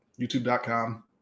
youtube.com